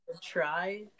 try